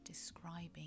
describing